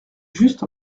juste